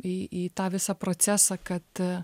į į tą visą procesą kad a